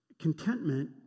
Contentment